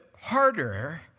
harder